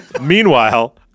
Meanwhile